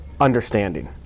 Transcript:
understanding